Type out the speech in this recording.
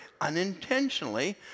unintentionally